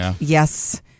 yes